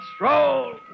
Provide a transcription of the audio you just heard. roll